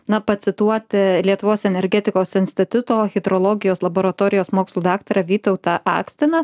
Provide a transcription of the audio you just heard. na pacituoti lietuvos energetikos instituto hidrologijos laboratorijos mokslų daktarą vytautą akstiną